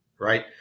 right